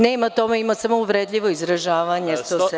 Nema toga, ima samo uvredljivo izražavanje.